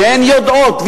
שהן יודעות,